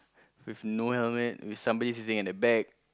with no helmet with somebody sitting at the back